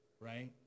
right